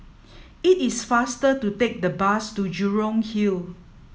it is faster to take the bus to Jurong Hill